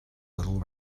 little